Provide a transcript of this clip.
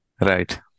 Right